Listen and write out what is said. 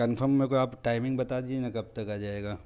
confirm मे को आप टाइमिंग बता दीजिए ना कब तक आ जाएगा